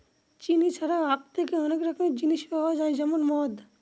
চিনি ছাড়াও আঁখ থেকে অনেক রকমের জিনিস পাওয়া যায় যেমন মদ